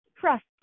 trust